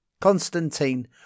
Constantine